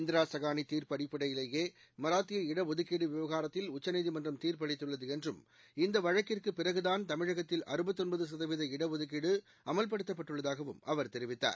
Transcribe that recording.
இந்திராசகானிதீர்ப்பு அடிப்படையிலேயேமராத்திய இட ஒதுக்கீடுவிவகாரத்தில் உச்சநீதிமன்றம் தீர்ப்பளித்துள்ளதுஎன்றும் இந்தவழக்கிற்குபிறகுதான் சதவீத ட் ஒதுக்கீடுஅமல்படுத்தப்பட்டுள்ளதாகவும் அவர் தெரிவித்தார்